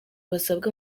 basabwa